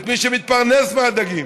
את מי שמתפרנס מהדגים.